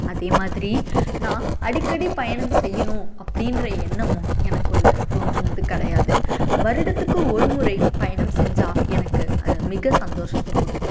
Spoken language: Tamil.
அதே மாதிரி நான் அடிக்கடி பயணம் செய்யணும் அப்படின்ற எண்ணமும் எனக்குள்ள தோன்றினது கிடையாது வருடத்துக்கு ஒரு முறை பயணம் செஞ்சால் எனக்கு அது மிக சந்தோஷத்தை கொடுக்கும்